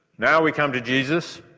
now we come to jesus,